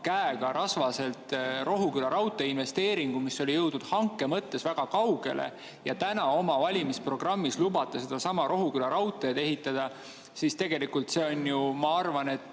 käega rasvaselt maha Rohuküla raudtee investeeringu, mis oli jõudnud hanke mõttes väga kaugele. Täna oma valimisprogrammis lubate sedasama Rohuküla raudteed jälle ehitada. Tegelikult see on, ma arvan,